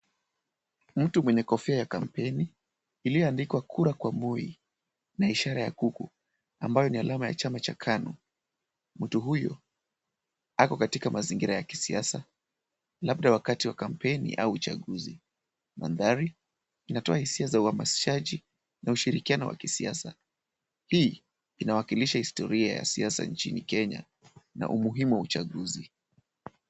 Mtu mwenye kofia ya kampeni iliyoandikwa kura kwa Moi na ishara ya kuku ambayo ni alama ya chama cha KANU. Mtu huyu ako katika mazingira ya kisiasa labda wakati wa kampeni au uchaguzi. Mandhari inatoa hisia za uhamasishaji na ushirikiano wa kisasa. Hii inawakilihsa historia ya kisiasa nchini Kenya na umuhimu wa uchaguzi.